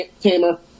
tamer